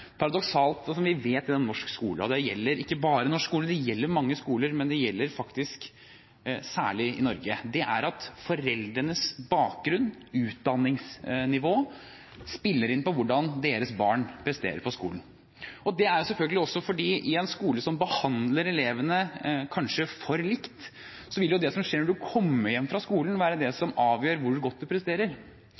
paradoksalt, og som vi vet gjelder innen norsk skole – og det gjelder ikke bare innen norsk skole, det gjelder mange skoler, men det gjelder faktisk særlig i Norge – er at foreldrenes bakgrunn og utdanningsnivå spiller inn med hensyn til hvordan deres barn presterer på skolen. Det er selvfølgelig også fordi i en skole som kanskje behandler elevene for likt, vil det som skjer når du kommer hjem fra skolen, være det som avgjør hvor godt du presterer.